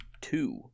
two